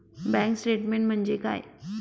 Bank statement म्हणजे काय?